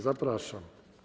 Zapraszam.